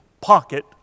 pocket